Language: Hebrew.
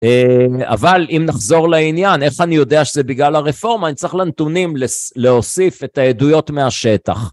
אבל אם נחזור לעניין איך אני יודע שזה בגלל הרפורמה אני צריך לנתונים להוסיף את העדויות מהשטח